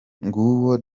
nguwo